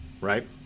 right